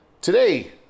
today